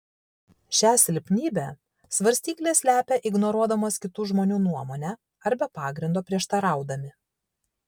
šią silpnybę svarstyklės slepia ignoruodamos kitų žmonių nuomonę arba be pagrindo prieštaraudami